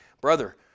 brother